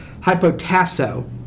hypotasso